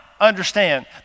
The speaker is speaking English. Understand